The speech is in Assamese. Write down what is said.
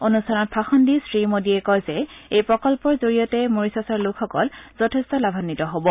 অনুষ্ঠানত ভাষণ দি শ্ৰীমোডীয়ে কয় যে এই প্ৰকল্পৰ জৰিয়তে মৰিচাচৰ লোকসকল যথেষ্ঠ লাভান্নিত হ'ব